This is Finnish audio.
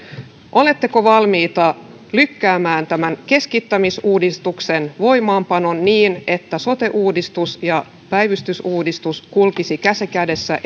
oletteko valmiita lykkäämään tämän keskittämisuudistuksen voimaanpanoa niin että sote uudistus ja päivystysuudistus kulkisivat käsi kädessä